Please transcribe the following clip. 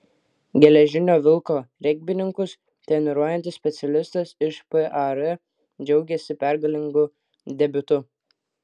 geležinio vilko regbininkus treniruojantis specialistas iš par džiaugiasi pergalingu debiutu